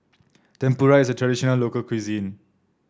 tempura is a traditional local cuisine